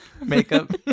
Makeup